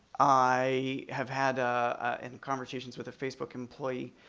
i have had ah and conversations with a facebook employee,